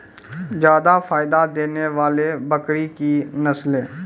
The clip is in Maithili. जादा फायदा देने वाले बकरी की नसले?